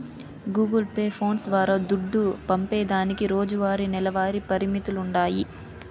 Google Pay, phones ద్వారా దుడ్డు పంపేదానికి రోజువారీ, నెలవారీ పరిమితులుండాయి